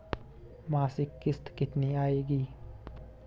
मासिक किश्त कितनी आएगी?